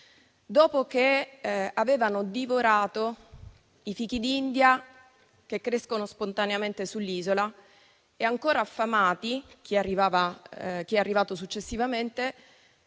dopo che avevano divorato i fichi d'India che crescono spontaneamente sull'isola. Chi è arrivato successivamente,